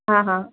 હા હા